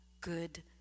good